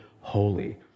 holy